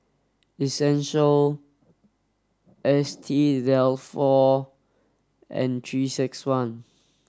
essential S T Dalfour and three six one